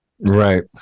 right